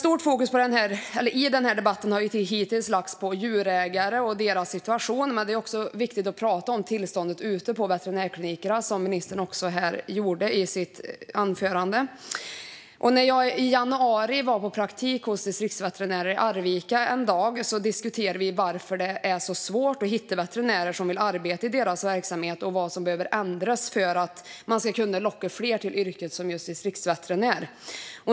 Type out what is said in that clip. Stort fokus i den här debatten har ju hittills lagts på djurägare och deras situation, men det är också viktigt att prata om tillståndet ute på veterinärklinikerna, som ministern också gjorde i sitt anförande. När jag i januari var på praktik hos distriktsveterinärer i Arvika en dag diskuterade vi varför det är så svårt att hitta veterinärer som vill arbeta i den verksamheten och vad som behöver ändras för att man ska kunna locka fler att arbeta som just distriktsveterinär.